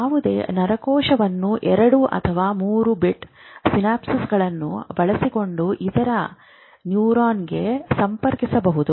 ಯಾವುದೇ ನರಕೋಶವನ್ನು ಎರಡು ಅಥವಾ ಮೂರು ಬಿಟ್ ಸಿನಾಪ್ಗಳನ್ನು ಬಳಸಿಕೊಂಡು ಇತರ ನ್ಯೂರಾನ್ಗೆ ಸಂಪರ್ಕಿಸಬಹುದು